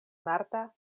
marta